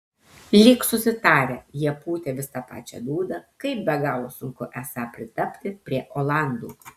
lyg susitarę jie pūtė vis tą pačią dūdą kaip be galo sunku esą pritapti prie olandų